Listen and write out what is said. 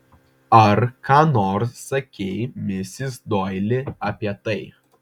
ar ką nors sakei misis doili apie tai